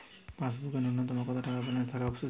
পাসবুকে ন্যুনতম কত টাকা ব্যালেন্স থাকা আবশ্যিক?